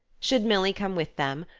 should milly come with them,